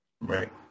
Right